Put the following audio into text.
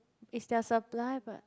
it's their supply but